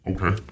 Okay